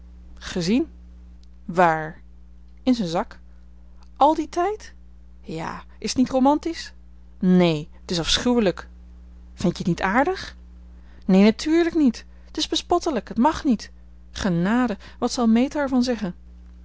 gezien waar in zijn zak al dien tijd ja is t niet romantisch neen t is afschuwelijk vindt je t niet aardig neen natuurlijk niet t is bespottelijk het mag niet genade wat zal meta er van zeggen